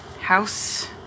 House